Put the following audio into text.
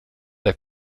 der